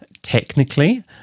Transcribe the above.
Technically